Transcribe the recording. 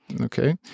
Okay